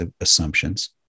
assumptions